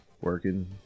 Working